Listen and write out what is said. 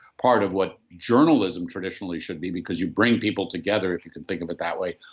part of what journalism traditionally should be because you bring people together, if you can think of it that way,